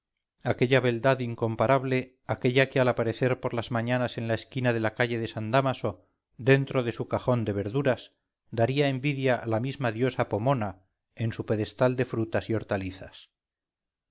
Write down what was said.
aquella beldad incomparable aquella que al aparecer por las mañanas en la esquina de la calle de san dámaso dentro de su cajón de verduras daría envidia a la misma diosa pomona en su pedestal de frutas y hortalizas